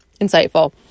insightful